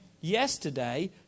yesterday